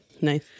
Nice